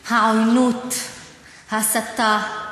העוינות, ההסתה,